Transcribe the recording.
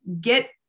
get